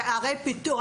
בערי פיתוח.